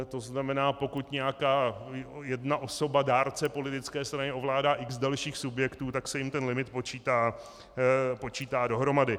To znamená, pokud nějaká jedna osoba, dárce politické strany, ovládá x dalších subjektů, tak se jim ten limit počítá dohromady.